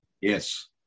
Yes